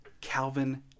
Calvin